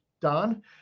Don